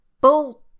Bull